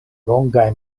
longaj